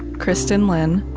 kristin lin,